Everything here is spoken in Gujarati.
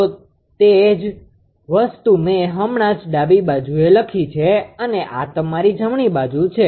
તો તે જ વસ્તુ મેં હમણાં જ ડાબી બાજુએ લખી છે અને આ તમારી જમણી બાજુ છે